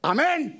Amen